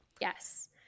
Yes